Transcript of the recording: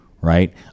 right